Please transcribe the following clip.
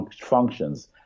functions